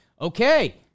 Okay